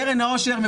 קרן העושר,